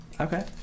Okay